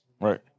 Right